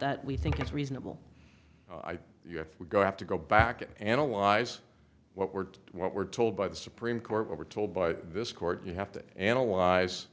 that we think is reasonable i would go have to go back and analyze what we're what we're told by the supreme court we're told by this court you have to analyze